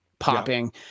popping